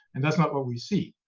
and that's not what we see.